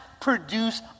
produce